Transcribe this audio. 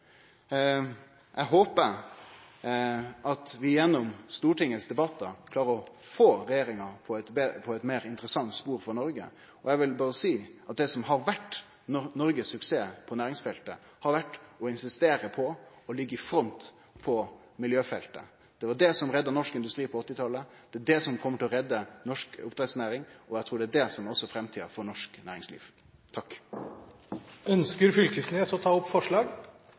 Eg håper at vi gjennom Stortingets debattar klarer å få regjeringa på eit meir interessant spor for Noreg. Eg vil berre seie at det som har vore Noregs suksess på næringsfeltet, har vore å insistere på å liggje i front på miljøfeltet. Det var det som redda norsk industri på 1980-talet. Det er det som kjem til å redde norsk oppdrettsnæring, og eg trur det er det som også er framtida for norsk næringsliv. Eg tar opp SVs forslag nr. 16. Representanten Torgeir Knag Fylkesnes har tatt opp